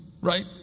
right